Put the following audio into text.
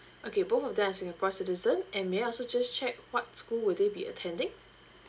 okay both of them are singapore citizen and may I also just check what school will they be attending